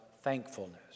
thankfulness